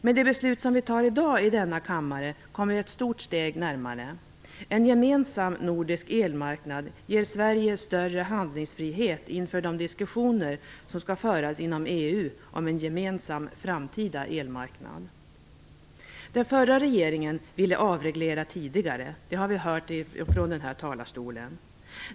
Med det beslut som vi tar i dag i denna kammare kommer vi ett stort steg närmare målet. En gemensam nordisk elmarknad ger Sverige större handlingsfrihet inför de diskussioner som skall föras inom EU om en gemensam framtida elmarknad. Den förra regeringen ville avreglera tidigare. Det har vi hört från den här talarstolen.